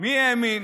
מי האמין